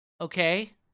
Okay